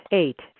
eight